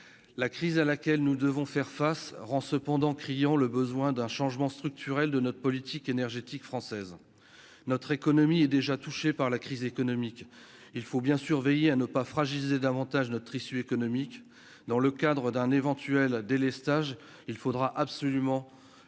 la crise à laquelle nous devons faire face rend cependant criant le besoin d'un changement structurel de notre politique énergétique française, notre économie est déjà touché par la crise économique, il faut bien surveiller à ne pas fragiliser davantage notre issue économique dans le cadre d'un éventuel délestage il faudra absolument